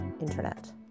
internet